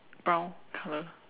brown colour